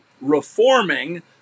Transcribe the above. reforming